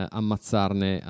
ammazzarne